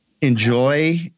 enjoy